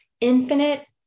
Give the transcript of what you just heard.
infinite